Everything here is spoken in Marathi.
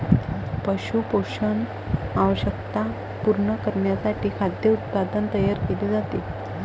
पशु पोषण आवश्यकता पूर्ण करण्यासाठी खाद्य उत्पादन तयार केले जाते